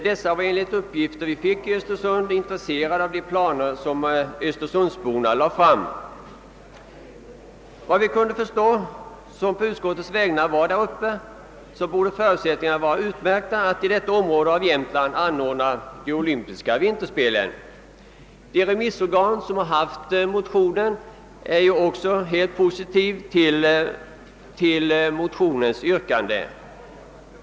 Dessa var, enligt de uppgifter vi fick i Östersund, intresserade av de planer som östersundsborna lade fram. Efter vad vi efter besöket på platsen kunde förstå borde förutsättningarna vara utmärkta för att i detta område av Jämtland anordna de olympiska vinterspelen. De organ som haft motionerna på remiss har också ställt sig helt positiva till motionernas yrkande.